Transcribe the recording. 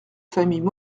familles